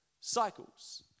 cycles